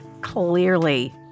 Clearly